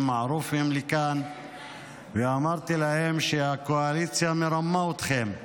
מערופיים לכאן ואמרתי להם: הקואליציה מרמה אתכם,